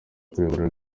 kuyobora